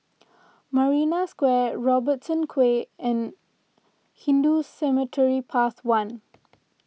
Marina Square Robertson Quay and Hindu Cemetery Path one